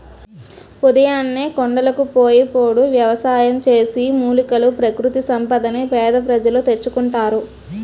ఉదయాన్నే కొండలకు పోయి పోడు వ్యవసాయం చేసి, మూలికలు, ప్రకృతి సంపదని పేద ప్రజలు తెచ్చుకుంటారు